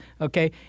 okay